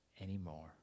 anymore